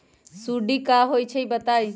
सुडी क होई छई बताई?